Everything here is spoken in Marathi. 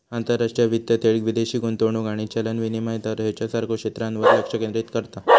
आंतरराष्ट्रीय वित्त थेट विदेशी गुंतवणूक आणि चलन विनिमय दर ह्येच्यासारख्या क्षेत्रांवर लक्ष केंद्रित करता